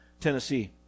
Tennessee